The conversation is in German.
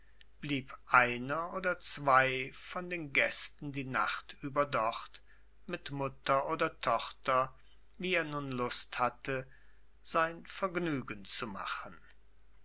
blieb einer oder zwei von den gästen die nacht über dort mit mutter oder tochter wie er nun lust hatte sich ein vergnügen zu machen